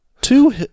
two